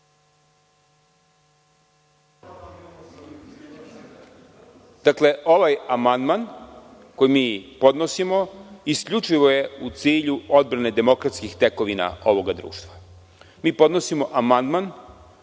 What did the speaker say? Ovaj amandman koji podnosimo isključivo je u cilju odbrane demokratskih tekovina ovoga društva. Mi podnosimo amandman